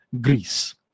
Greece